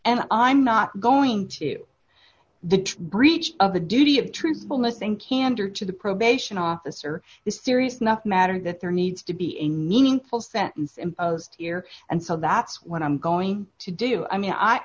and i'm not going to the breach of the duty of truthfulness and candor to the probation officer is serious enough matter that there needs to be a needing full sentence imposed here and so that's what i'm going to do i mean i